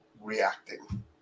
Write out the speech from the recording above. reacting